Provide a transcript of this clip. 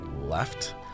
left